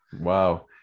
Wow